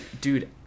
Dude